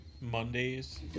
Mondays